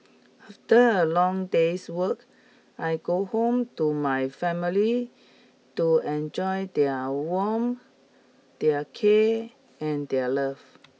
after a long day's work I go home to my family to enjoy their warmth their care and their love